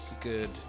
good